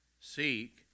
Seek